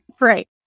Right